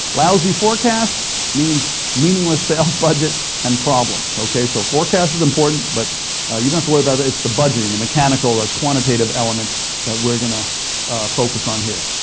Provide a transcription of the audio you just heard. lousy forecast means meaningless sales budget and problems, okay. so forecast is important, but you don't have to worry about that. it's the budgeting, the mechanical, the quantitative element that we're going to focus on here.